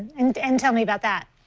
and and tell me abut that.